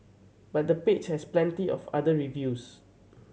but the page has plenty of other reviews